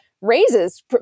raises